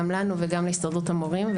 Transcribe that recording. גם לנו וגם להסתדרות המורים.